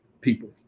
people